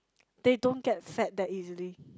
they don't get fat that easily